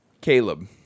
Caleb